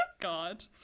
God